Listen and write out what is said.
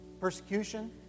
Persecution